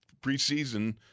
preseason